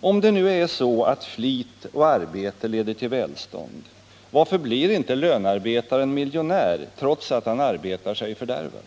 Om det nu är så att flit och arbete leder till välstånd, varför blir inte lönarbetaren miljonär trots att han arbetar sig fördärvad?